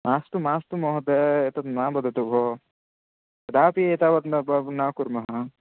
मास्तु मास्तु महोदय एतद् मा वदतु भोः कदापि एतावत् न व न कुर्मः